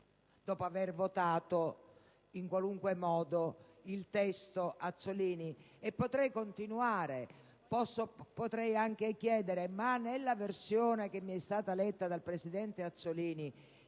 Dopo aver votato in qualunque modo il testo Azzollini? E potrei continuare. Potrei anche chiedere: poiché nella versione che è stata letta dal presidente Azzollini